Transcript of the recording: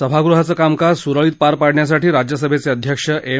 सभागहाचं कामकाज सुरळीत पार पाडण्यासाठी राज्यसभेचे अध्यक्ष एम